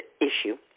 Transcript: issue